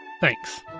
Thanks